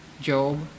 Job